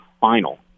final